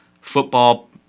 Football